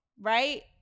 Right